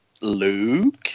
Luke